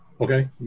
Okay